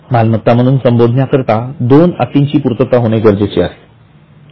मालमत्ता म्हणून संबोधण्याकरिता दोन अटींची पूर्तता होणे गरजेचे आहे